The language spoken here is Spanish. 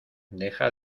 deja